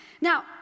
Now